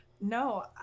No